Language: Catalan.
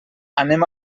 anem